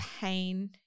pain